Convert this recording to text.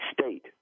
State